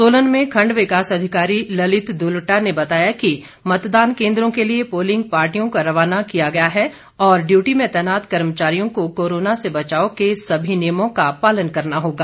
सोलन में खंड विकास अधिकारी ललित दुल्टा ने बताया कि मतदान केंद्रों के लिए पोलिंग पार्टियों को रवाना किया गया है और डियूटी में तैनात कर्मचारियों को कोरोना से बचाव के सभी नियमों का पालन करना होगा